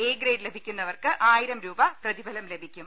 A grade ലഭിക്കുന്നവർക്ക് ആയിരം രൂപ പ്രതിഫലം ലഭിക്കും